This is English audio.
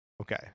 Okay